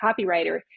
copywriter